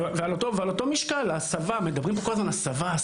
על אותו משקל, הסבה, מדברים פה כל הזמן על הסבה.